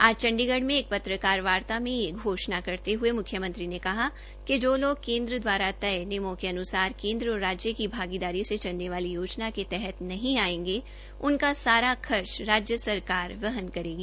आज चंडीगढ में एक पत्रकार वार्ता में यह घोषणा करते हये मुख्यमंत्री ने कहा कि जो लोग केन्द्र द्वारा तय नियमों के अनुसार केन्द्र और राज्य की भागीदारी से चलने वाली योजनाके तहत नहीं आयेंगे उनका सारा खर्च राज्य सरकार वहन करेगी